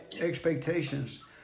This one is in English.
expectations